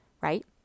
Right